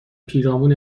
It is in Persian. پیرامون